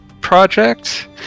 project